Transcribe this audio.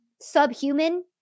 subhuman